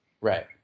Right